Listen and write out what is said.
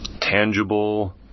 tangible